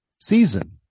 season